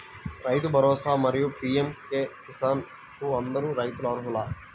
రైతు భరోసా, మరియు పీ.ఎం కిసాన్ కు అందరు రైతులు అర్హులా?